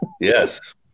Yes